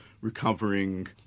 recovering